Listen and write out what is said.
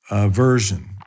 version